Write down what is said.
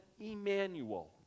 Emmanuel